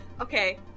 Okay